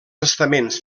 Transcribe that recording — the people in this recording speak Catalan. estaments